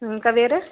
ఇంక వేరే